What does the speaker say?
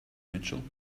mitchell